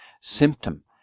symptom